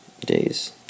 days